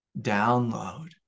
download